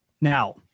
Now